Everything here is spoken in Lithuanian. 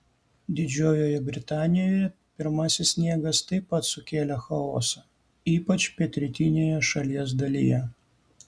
didžiojoje britanijoje pirmasis sniegas taip pat sukėlė chaosą ypač pietrytinėje šalies dalyje